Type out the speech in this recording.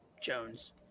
Jones